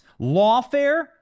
lawfare